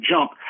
jump